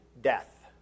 death